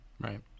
right